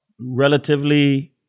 relatively